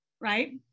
right